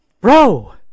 bro